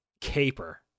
caper